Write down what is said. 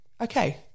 okay